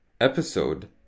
episode